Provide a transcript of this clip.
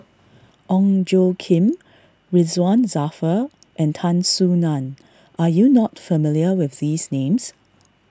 Ong Tjoe Kim Ridzwan Dzafir and Tan Soo Nan are you not familiar with these names